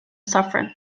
saffron